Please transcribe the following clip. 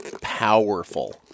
powerful